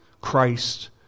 Christ